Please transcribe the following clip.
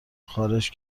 خارش